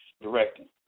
directing